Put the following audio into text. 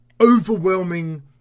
overwhelming